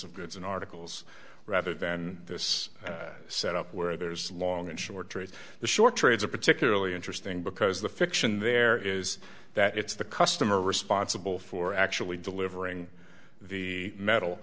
of goods in articles rather than this set up where there is long and short during the short trades are particularly interesting because the fiction there is that it's the customer responsible for actually delivering the metal